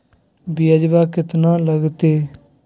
ब्यजवा केतना लगते?